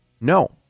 no